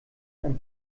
ein